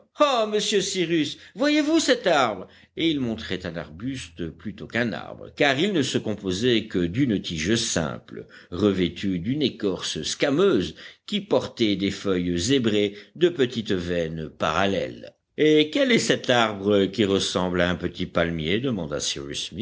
ah monsieur cyrus voyez-vous cet arbre et il montrait un arbuste plutôt qu'un arbre car il ne se composait que d'une tige simple revêtue d'une écorce squammeuse qui portait des feuilles zébrées de petites veines parallèles et quel est cet arbre qui ressemble à un petit palmier demanda